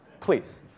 Please